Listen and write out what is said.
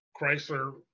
Chrysler